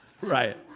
right